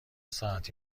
ساعتی